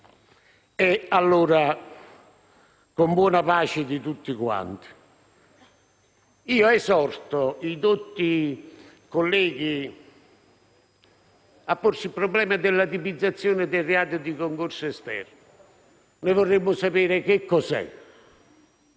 Allora, con buona pace di tutti quanti, esorto i dotti colleghi a porsi il problema della tipizzazione del reato di concorso esterno - noi vorremmo sapere cosa